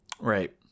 Right